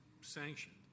sanctioned